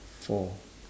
four